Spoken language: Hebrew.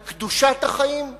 על קדושת החיים?